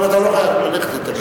אני יכול ללכת?